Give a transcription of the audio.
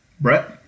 Brett